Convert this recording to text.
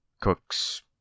cooks